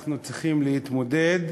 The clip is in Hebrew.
אנחנו צריכים להתמודד